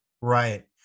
right